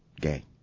gay